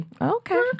Okay